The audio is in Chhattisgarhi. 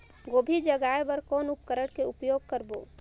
गोभी जगाय बर कौन उपकरण के उपयोग करबो?